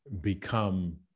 become